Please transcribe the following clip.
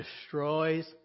destroys